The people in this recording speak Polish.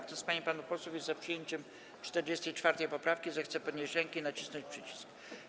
Kto z pań i panów posłów jest za przyjęciem 44. poprawki, zechce podnieść rękę i nacisnąć przycisk.